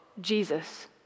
Jesus